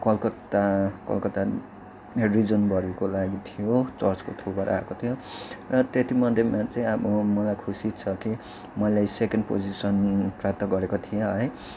कलकत्ता कलकत्ता रिजनभरिको लागि थियो चर्चको थ्रुबाट आएको थियो त्यतिमध्येमा चाहिँ अब मलाई खुसी छ कि मलाई सेकेन्ड पोजिसन प्राप्त गरेको थिएँ है